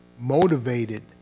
motivated